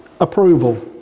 approval